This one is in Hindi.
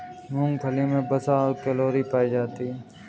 मूंगफली मे वसा और कैलोरी पायी जाती है